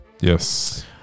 Yes